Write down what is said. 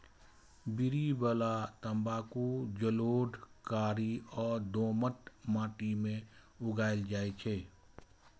बीड़ी बला तंबाकू जलोढ़, कारी आ दोमट माटि मे उगायल जाइ छै